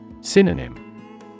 Synonym